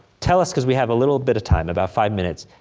tell us, cause we have a little bit of time, about five minutes,